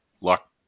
luck